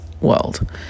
world